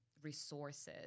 resources